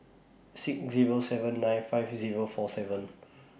six Zero seven nine five Zero four seven